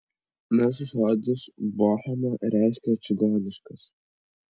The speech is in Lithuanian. nes žodis bohema reiškia čigoniškas